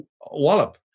wallop